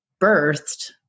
birthed